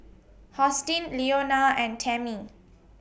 Hosteen Leona and Tammie